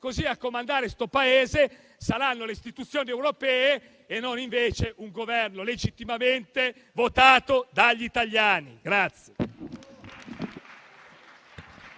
cosicché a comandare l'Italia saranno le istituzioni europee e non invece un Governo legittimamente votato dagli italiani.